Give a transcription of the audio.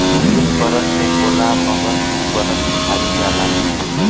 एक बरस में होला मगर दू बरस खायल जाला